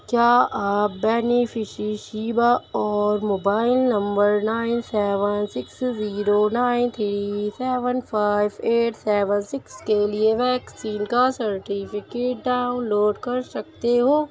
کیا آپ بینیفشیری شیبہ اور mobile number nine seven six zero nine three seven five eight seven six کے لیے ویکسین کا سرٹیفکیٹ ڈاؤن لوڈ کر سکتے ہو